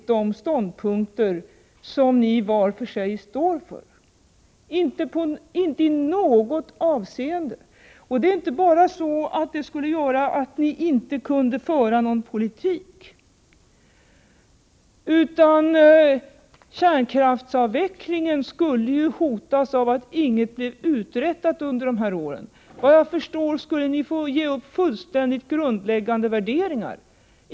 De ståndpunkter som ni var för sig står för är inte förenliga i något avseende. Det betyder inte bara att ni inte skulle kunna föra någon politik utan också att kärnkraftsavvecklingen skulle hotas av att inget blev uträttat under de här åren. Vad jag förstår skulle ni få ge upp era grundläggande värderingar.